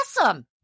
awesome